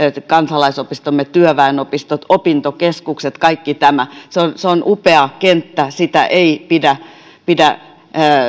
kansalaisopistomme työväenopistot opintokeskukset kaikki tämä se on upea kenttä sitä ei pidä pidä